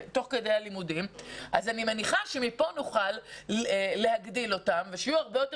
אני מניחה שבזה נוכל להגדיל את הכמות שלהן וכך יהיו הרבה יותר